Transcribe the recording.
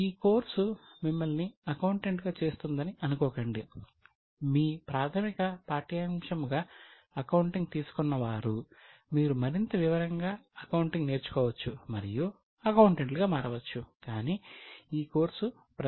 ఈ కోర్సు మిమ్మల్ని అకౌంటెంట్గా చేస్తుందని అనుకోకండి మీ ప్రాథమిక పాఠ్యాంశముగా అకౌంటింగ్ తీసుకున్న వారు మీరు మరింత వివరంగా అకౌంటింగ్ నేర్చుకోవచ్చు మరియు అకౌంటెంట్లుగా మారవచ్చు కానీ ఈ కోర్సు ప్రతిఒక్కరికీ ఉపయోగకరం